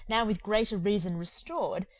now with greater reason restored,